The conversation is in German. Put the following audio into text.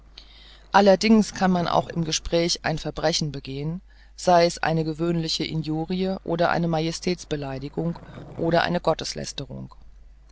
allerdings kann man auch im gespräch ein verbrechen begehen sei es eine gewöhnliche injurie oder eine majestäts beleidigung oder eine gotteslästerung